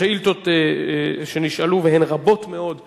השאילתות שנשאלו, והן רבות מאוד,